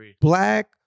black